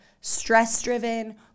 stress-driven